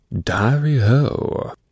Diary-ho